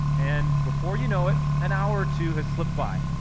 and, before you know it, an hour or two has slipped by.